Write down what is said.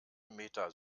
meta